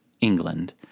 England